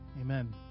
Amen